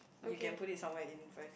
you can put it somewhere in first